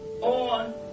on